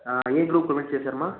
ఏ group complete చేసారు అమ్మ